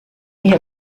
iyihe